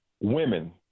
Women